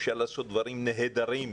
אפשר לעשות דברים נהדרים.